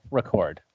record